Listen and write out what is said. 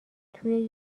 توی